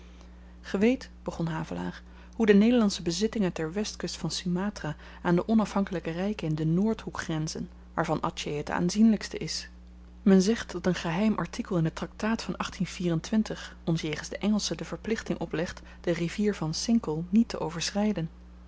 ge weet begon havelaar hoe de nederlandsche bezittingen ter westkust van sumatra aan de onafhankelyke ryken in den noordhoek grenzen waarvan atjeh het aanzienlykste is men zegt dat een geheim artikel in het traktaat van ons jegens de engelschen de verplichting oplegt de rivier van singkel niet te overschryden